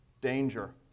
danger